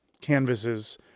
canvases